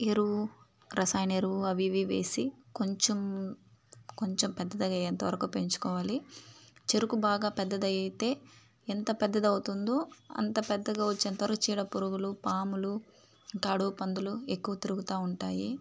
ఎరువు రసాయన ఎరువు అవి ఇవి వేసి కొంచెం కొంచెం పెద్దగా అయ్యేంత వరకు పెంచుకోవాలి చెరుకు బాగా పెద్దదైతే ఎంత పెద్దదవుతుందో అంత పెద్దగా వచ్చేంతవరకు చీడపురుగులు పాములు ఇంక అడవి పందులు ఎక్కువ తిరుగుతు ఉంటాయి